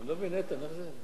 אני לא מבין, איתן, איך זה.